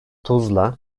tuzla